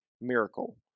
miracle